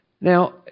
Now